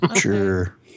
Sure